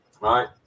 Right